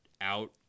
out